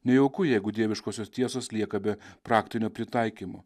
nejauku jeigu dieviškosios tiesos lieka be praktinio pritaikymo